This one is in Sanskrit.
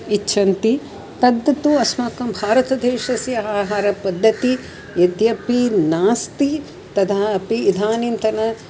इच्छन्ति तद् तु अस्माकं भारतदेशस्य आहारपद्धतिः यद्यपि नास्ति तदापि इदानीन्तन